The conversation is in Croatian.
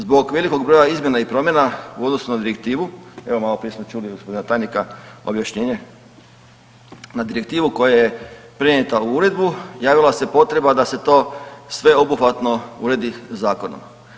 Zbog velikog broja izmjena i promjena u odnosu na direktivu, evo maloprije smo čuli od gospodina tajnika objašnjenje, na direktivu koja je prenijeta u uredbu javila se potreba da se to sveobuhvatno uredi zakonom.